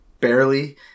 barely